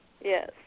Yes